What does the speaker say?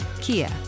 Kia